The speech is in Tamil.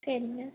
சரிங்க